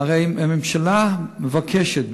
הרי הממשלה מבקשת,